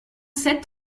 sept